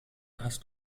hast